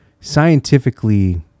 scientifically